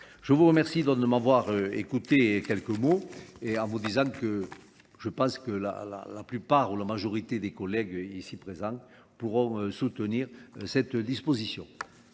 Je vous remercie de m'avoir écouté quelques mots et en vous disant que Je pense que la plupart ou la majorité des collègues ici présents pourront soutenir cette disposition.